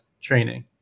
training